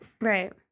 Right